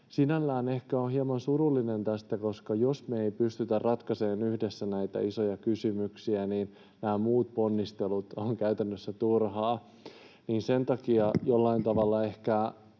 Sinällään ehkä olen hieman surullinen tästä, koska jos me ei pystytä ratkaisemaan yhdessä näitä isoja kysymyksiä, niin nämä muut ponnistelut ovat käytännössä turhia. Sen takia jollain tavalla ehkä